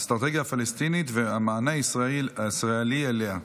האסטרטגיה הפלסטינית והמענה הישראלי לה,